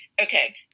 okay